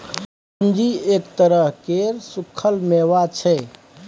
चिरौंजी एक तरह केर सुक्खल मेबा छै